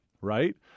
right